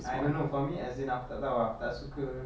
I don't know for me as in aku tak tahu aku tak suka